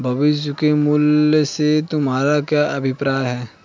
भविष्य के मूल्य से तुम्हारा क्या अभिप्राय है?